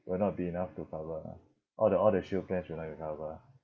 will not be enough to cover lah all the all the shield plans will not cover ah